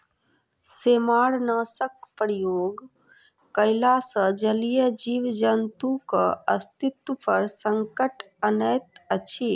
सेमारनाशकक प्रयोग कयला सॅ जलीय जीव जन्तुक अस्तित्व पर संकट अनैत अछि